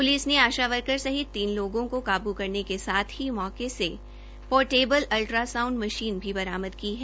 police ने ASHA worker सहित तीन लोगों को काबू करने के साथ ही मौके से पोर्टेबल अल्ट्रासाउंड मशीन भी बरामद की है